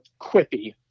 quippy